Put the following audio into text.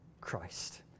Christ